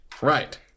Right